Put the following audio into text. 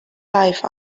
life